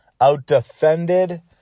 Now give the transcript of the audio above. out-defended